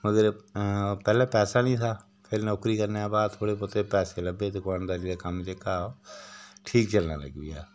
मगर पैह्लें पैसा निं था फिर नौकरी करने दे बाद थोह्ड़े बहोत पैसे लब्भे ते दुकानदारी दा कम्म जेह्का ठीक चलना लग्गी पेआ